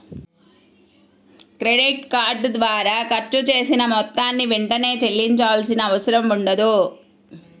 credit card ద్వారా ఖర్చు చేసిన మొత్తాన్ని వెంటనే చెల్లించాల్సిన అవసరం ఉండదు